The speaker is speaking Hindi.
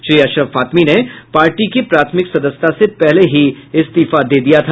श्री अशरफ फातमी ने पार्टी की प्राथमिक सदस्यता से पहले ही इस्तीफा दे दिया था